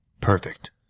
perfect